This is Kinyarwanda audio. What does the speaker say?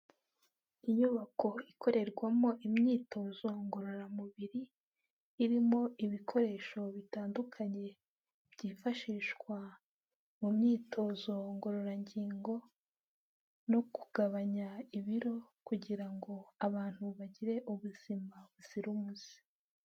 Inyubako ikorerwamo imyitozo ngororamubiri, irimo ibikoresho bitandukanye byifashishwa mu myitozo ngororangingo no kugabanya ibiro kugira ngo abantu bagire ubuzima buzira umuze.